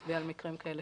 להצביע על מקרים כאלה